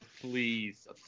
Please